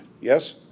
Yes